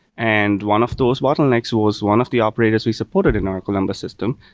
and one of those bottlenecks was one of the operators we supported in our columbus system,